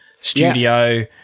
studio